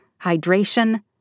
hydration